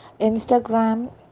Instagram